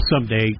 someday